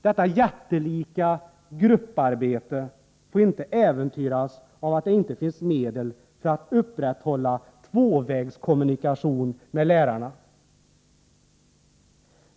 Detta jättelika ”grupparbete” får inte äventyras av att det inte finns medel för att upprätthålla tvåvägskommunikation med lärarna.